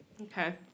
Okay